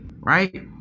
right